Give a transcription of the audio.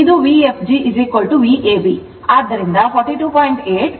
ಇದು Vfg Vab ಆದ್ದರಿಂದ 42